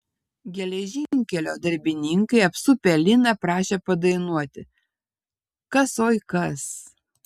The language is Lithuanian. geležinkelio darbininkai apsupę liną prašė padainuoti kas oi kas